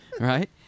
Right